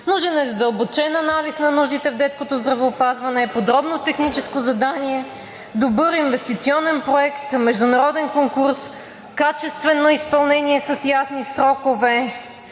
нужен е задълбочен анализ на нуждите в детското здравеопазване, подробно техническо задание, добър инвестиционен проект, международен конкурс, качествено изпълнение с ясни срокове.